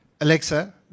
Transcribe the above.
alexa